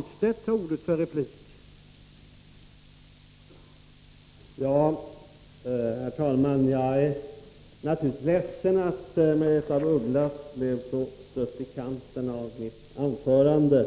Herr talman! Jag är naturligtvis ledsen för att Margaretha af Ugglas blev så stött i kanten av mitt anförande.